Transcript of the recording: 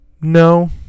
no